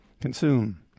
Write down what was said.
Consume